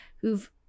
who've